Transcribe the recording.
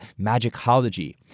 magicology